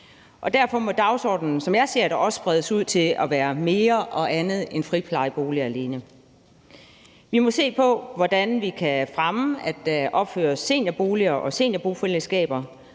ser det, også bredes ud til at være mere og andet end friplejeboliger alene. Vi må se på, hvordan vi kan fremme, at der opføres seniorboliger og seniorbofællesskaber,